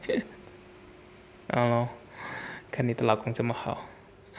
oh 看你的老公这么好